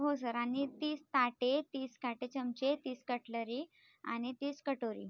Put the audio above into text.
हो सर आणि तीस ताटे तीस काटे चमचे तीस कटलरी आणि तीस कटोरी